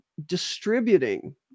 distributing